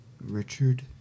Richard